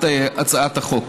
הממשלה מבקשת לדחות את הצעת החוק.